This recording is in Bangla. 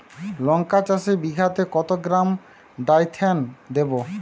লঙ্কা চাষে বিঘাতে কত গ্রাম ডাইথেন দেবো?